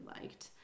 liked